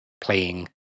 playing